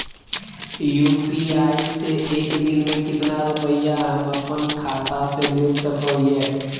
UPI से एक दिन में कितना रुपैया हम अपन खाता से भेज सको हियय?